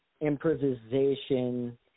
improvisation